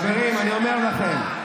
חברים, אני אומר לכם,